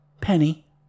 Penny